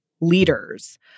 leaders